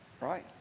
Right